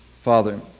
Father